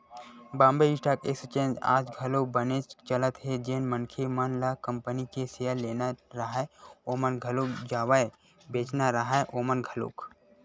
Bombay stock exchange आज घलोक बनेच चलत हे जेन मनखे मन ल कंपनी के सेयर लेना राहय ओमन घलोक जावय बेंचना राहय ओमन घलोक